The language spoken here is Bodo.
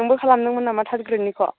नोंबो खालामदोंमोन नामा टार्ट ग्रेडनिखौ